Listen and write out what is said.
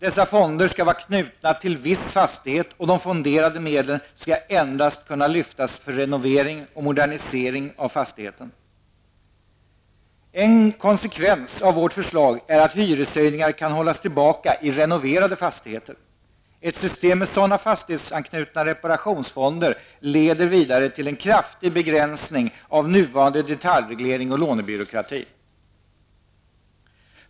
Dessa fonder skall vara knutna till viss fastighet, och de fonderade medlen skall endast kunna lyftas för renovering och modernisering av fastigheten. En konsekvens av vårt förslag är att hyreshöjningar kan hållas tillbaka i renoverade fastigheter. Ett system med sådana fastighetsanknutna reparationsfonder leder vidare till en kraftig begränsning av nuvarande detaljreglering och lånebyråkrati.